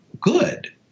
good